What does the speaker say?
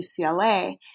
UCLA